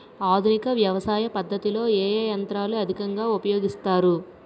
ఆధునిక వ్యవసయ పద్ధతిలో ఏ ఏ యంత్రాలు అధికంగా ఉపయోగిస్తారు?